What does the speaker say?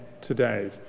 today